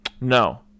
No